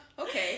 Okay